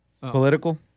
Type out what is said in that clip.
Political